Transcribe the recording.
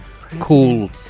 cool